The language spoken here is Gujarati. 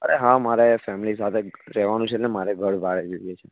અરે હા મારે ફેમિલી સાથે રહેવાનું છે એટલે મારે ઘર ભાડે જોઈએ છે